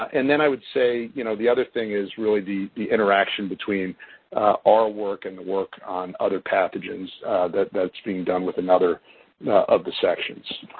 and then i would say, you know, the other thing is really the the interaction between our work and the work on other pathogens that's being done with another of the sections.